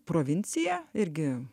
provinciją irgi